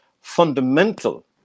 fundamental